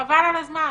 חבל על הזמן,